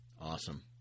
awesome